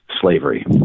slavery